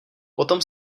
potom